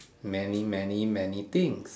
many many many things